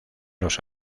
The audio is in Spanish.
los